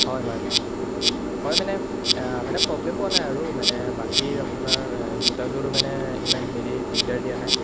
হয় হয় হয় মানে মানে প্ৰব্লেম পোৱা নাই আৰু মানে বাকী আপোনাৰ জোতাযোৰ মানে ইমান হেৰি দিগদাৰ দিয়া নাই